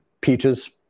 peaches